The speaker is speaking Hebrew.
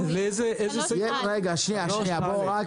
וסדיר, באופן העלול לגרום לנזק בלתי